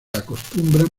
acostumbran